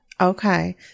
Okay